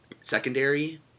secondary